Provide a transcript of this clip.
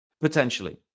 potentially